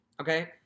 Okay